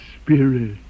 spirit